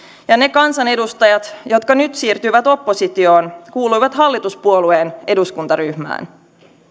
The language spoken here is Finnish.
ja ne kansanedustajat jotka nyt siirtyivät oppositioon kuuluivat hallituspuolueen eduskuntaryhmään